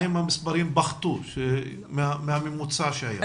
שהמספרים פחתו ממרץ ועד היום לעומת הממוצע שהיה?